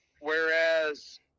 Whereas